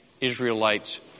Israelites